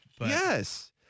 yes